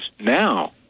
now